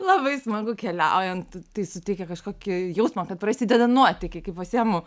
labai smagu keliaujant tai suteikia kažkokį jausmą kad prasideda nuotykiai kai pasiimu